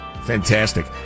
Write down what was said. Fantastic